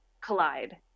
collide